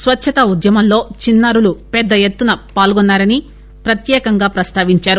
స్పద్చతా ఉద్యమంలో చిన్నారులు పెద్ద ఎత్తున పాల్గొన్నారని ప్రత్యేకంగా ప్రస్తావిందారు